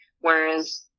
whereas